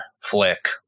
flick